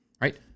Right